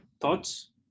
thoughts